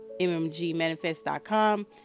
mmgmanifest.com